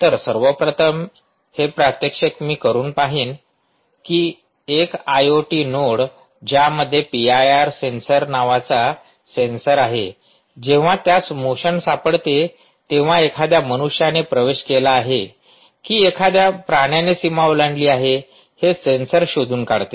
तर सर्वप्रथम हे प्रात्यक्षिक मी करून पाहेन कि 1 आयओटी नोड ज्यामध्ये पी आय आर सेन्सर नावाचा सेन्सर आहे जेंव्हा त्यास मोशन सापडते तेंव्हा एखाद्या मनुष्याने प्रवेश केला आहे कि एखाद्या प्राण्याने सीमा ओलांडली आहे हे सेन्सर शोधून काढते